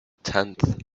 tenth